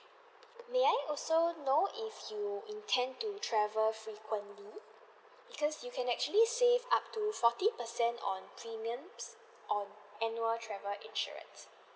may I also know if you intend to travel frequently because you can actually save up to forty percent on premiums on annual travel insurance